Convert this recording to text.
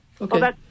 okay